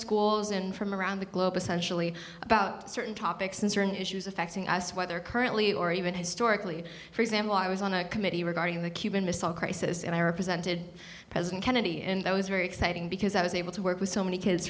schools in from around the globe essentially about certain topics and certain issues affecting us whether currently or even historically for example i was on a committee regarding the cuban missile crisis and i represented president kennedy and that was very exciting because i was able to work with so many kids